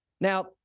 Now